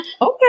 okay